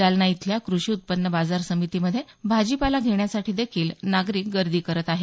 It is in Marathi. जालना इथल्या कृषी उत्पन्न बाजार समितीमध्ये भाजीपाला घेण्यासाठी देखील नागरिक गर्दी करत आहेत